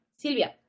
Silvia